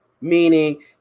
meaning